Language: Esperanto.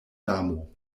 damo